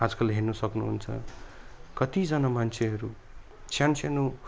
आजकल हेर्नु सक्नुहुन्छ कतिजना मान्छेहरू सानो सानो